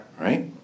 Right